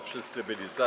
Wszyscy byli za.